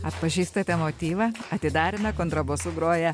atpažįstate motyvą atidaryme kontrabosu grojo